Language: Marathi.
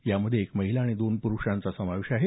यामध्ये एक महिला आणि दोन पुरूषांचा समावेश आहे